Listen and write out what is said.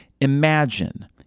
Imagine